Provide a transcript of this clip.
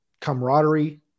camaraderie